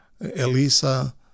Elisa